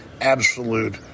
absolute